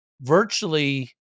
virtually